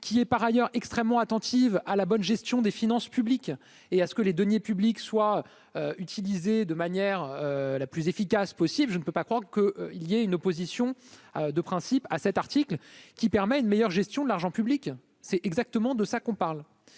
qui est par ailleurs extrêmement attentive à la bonne gestion des finances publiques et à ce que les deniers publics soient utilisées de manière la plus efficace possible, je ne peux pas croire que, il y a une opposition de principe à cet article qui permet une meilleure gestion de l'argent public c'est exactement de ça qu'on parle